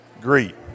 greet